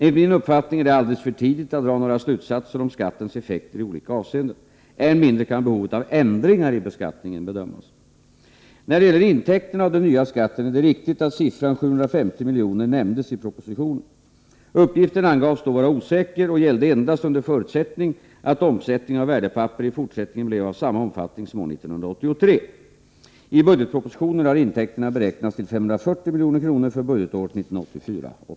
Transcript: Enligt min uppfattning är det alldeles för tidigt att dra några slutsatser om skattens effekter i olika avseenden. Än mindre kan behovet av ändringar i beskattningen bedömas. När det gäller intäkterna av den nya skatten är det riktigt att siffran 750 milj.kr. nämndes i propositionen. Uppgiften angavs då som osäker och gällde endast under förutsättning att omsättningen av värdepapper i fortsättningen blev av samma omfattning som år 1983. I budgetpropositionen har intäkterna beräknats till 540 milj.kr. för budgetåret 1984/85.